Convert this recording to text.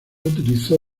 utilizó